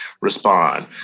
respond